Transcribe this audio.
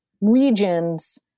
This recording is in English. regions